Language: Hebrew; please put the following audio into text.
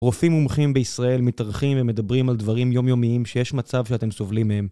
רופאים מומחים בישראל מתארחים ומדברים על דברים יומיומיים שיש מצב שאתם סובלים מהם